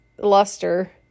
luster